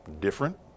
different